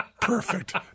perfect